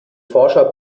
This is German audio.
forscher